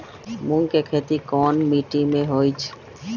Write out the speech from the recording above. मूँग के खेती कौन मीटी मे होईछ?